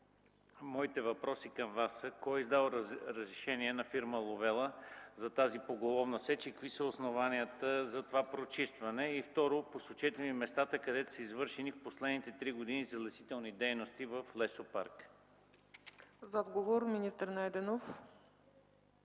Моите въпроси към Вас са: кой е дал разрешение на фирма „Ловела” за тази поголовна сеч и какви са основанията за това прочистване? Второ, посочете ми местата, където са извършени през последните три години залесителни дейности в лесопарка? ПРЕДСЕДАТЕЛ